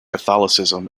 catholicism